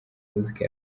muzika